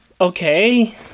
okay